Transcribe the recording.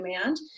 command